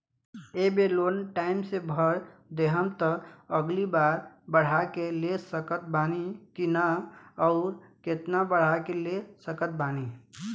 ए बेर loan time से भर देहम त अगिला बार बढ़ा के ले सकत बानी की न आउर केतना बढ़ा के ले सकत बानी?